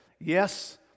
Yes